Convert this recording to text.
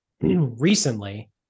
recently